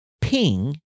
ping